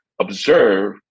observe